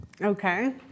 Okay